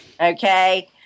okay